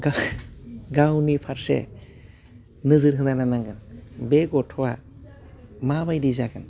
गा गावनि फारसे नोजोर होनो नांगोन बै गथ'वा माबायदि जागोन